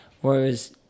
whereas